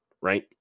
right